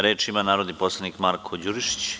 Reč ima narodni poslanik Marko Đurišić.